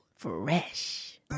fresh